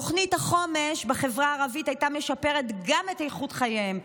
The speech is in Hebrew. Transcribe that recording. תוכנית החומש בחברה הערבית הייתה משפרת גם את איכות חייהם.